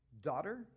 Daughter